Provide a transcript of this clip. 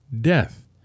death